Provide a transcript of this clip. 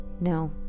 no